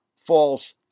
false